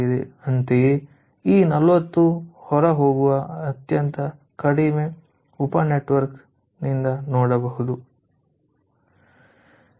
ಅಂತೆಯೇ ಈ 40 ಹೊರಹೋಗುವ ಅತ್ಯಂತ ಕಡಿಮೆ ಉಪ ನೆಟ್ವರ್ಕ್ನಿಂದ ನೋಡಬಹುದು